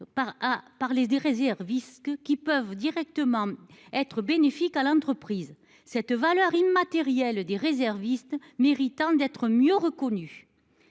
les des réservistes que qui peuvent directement être bénéfique à l'entreprise cette valeur immatérielle des réservistes méritant d'être mieux reconnues.